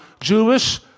Jewish